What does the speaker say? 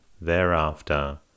thereafter